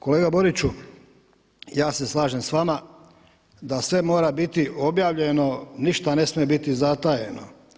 Kolega Boriću, ja se slažem s vama da sve mora biti objavljeno, ništa ne smije biti zatajeno.